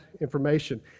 information